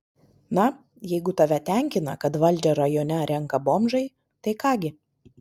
na jeigu tave tenkina kad valdžią rajone renka bomžai tai ką gi